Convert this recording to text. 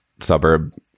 suburb